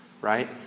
right